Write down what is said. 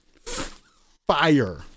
Fire